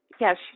yes